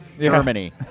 Germany